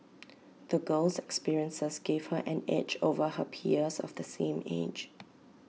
the girl's experiences gave her an edge over her peers of the same age